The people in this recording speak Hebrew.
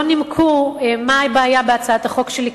לא נימקו מה הבעיה בהצעת החוק שלי,